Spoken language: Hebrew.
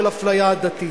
של אפליה עדתית,